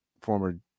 former